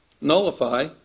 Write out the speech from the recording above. nullify